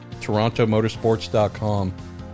TorontoMotorsports.com